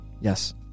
Yes